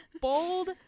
Bold